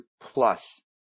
plus